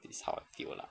this how I feel lah